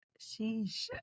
Sheesh